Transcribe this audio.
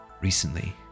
recently